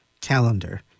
calendar